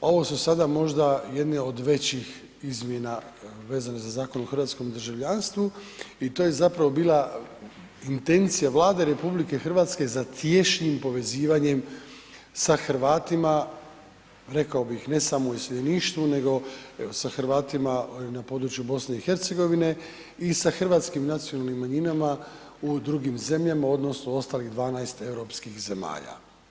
Ovo su sada možda jedne od većih izmjena vezanih za Zakon o hrvatskom državljanstvu i to je zapravo bila intencija Vlade RH za tješnjim povezivanjem sa Hrvatima, rekao bih, ne samo u iseljeništvu nego sa Hrvatima na području BiH i sa hrvatskim nacionalnim manjinama u drugim zemljama, odnosno ostalih 12 europskih zemalja.